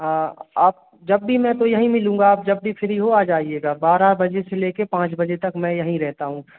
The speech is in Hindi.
आप जब भी मैं तो यहीं मिलूँगा जब भी फ्री हो आ जाइएगा बारह बजे से लेकर पाँच बजे तक मैं यहीं रहता हूँ